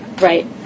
Right